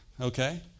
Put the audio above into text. Okay